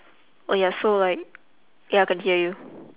oh ya so right ya I can hear you